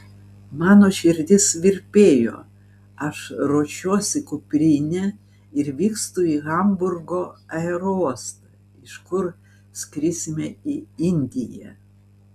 mano širdis virpėjo aš ruošiuosi kuprinę ir vykstu į hamburgo aerouostą iš kur skrisime į indiją